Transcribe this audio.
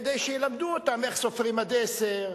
כדי שילמדו אותם איך סופרים עד עשר,